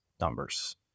numbers